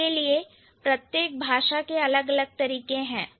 इसलिए प्रत्येक भाषा के अलग अलग तरीके हैं